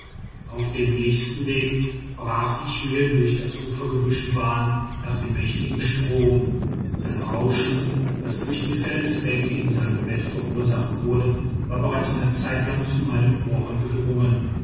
auf dem nächsten weg brach ich mir durch das ufergebüsch bahn nach dem mächtigen strom sein rauschen das durch die felsbänke in seinem bett verursacht wurde war bereits eine zeitlang zu meinen ohren gedrungen